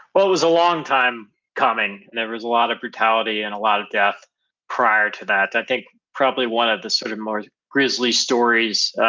well it was a long time coming, and there was a lot of brutality and a lot of death prior to that. i think probably one of the sort of more grizzly stories